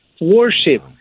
Worship